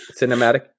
Cinematic